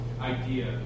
idea